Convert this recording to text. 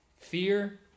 fear